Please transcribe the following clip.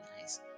nice